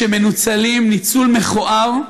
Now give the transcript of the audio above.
שמנוצלים ניצול מכוער,